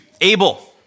Abel